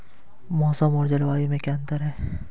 मौसम और जलवायु में क्या अंतर?